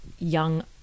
young